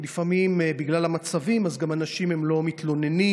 כי לפעמים בגלל המצבים אנשים לא מתלוננים